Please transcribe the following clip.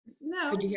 No